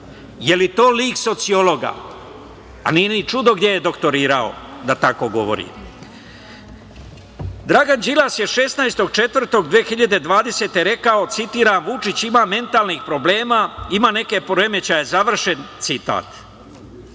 Jel to lik sociologa, a nije ni čudo gde je doktorirao da tako govori. Dragan Đilas je 16.4.2020. rekao, citiram – „Vučić ima mentalnih problema, ima neke poremećaje“, završen citat.